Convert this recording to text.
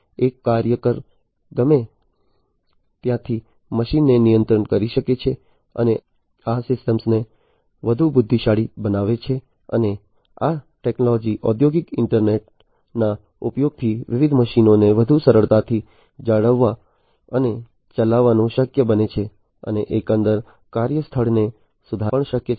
એક કાર્યકર ગમે ત્યાંથી મશીનને નિયંત્રિત કરી શકે છે અને આ સિસ્ટમને વધુ બુદ્ધિશાળી બનાવે છે અને આ ટેક્નોલોજી ઔદ્યોગિક ઈન્ટરનેટના ઉપયોગથી વિવિધ મશીનોને વધુ સરળતાથી જાળવવા અને ચલાવવાનું શક્ય બને છે અને એકંદર કાર્યસ્થળને સુધારવું પણ શક્ય છે